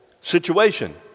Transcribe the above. situation